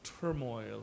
turmoil